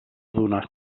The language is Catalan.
donar